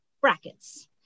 brackets